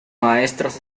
maestros